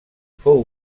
fou